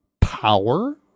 power